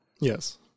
Yes